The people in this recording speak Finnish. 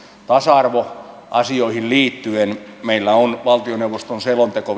tasa arvoasioihin liittyen meillä on viime vaalikaudelta valtioneuvoston selonteko